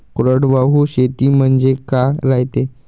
कोरडवाहू शेती म्हनजे का रायते?